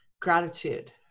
gratitude